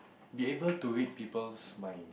be able to read people's mind